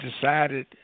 decided